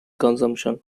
consumption